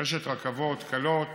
רשת רכבות קלות